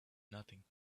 nothing